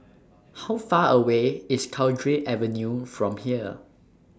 How Far away IS Cowdray Avenue from here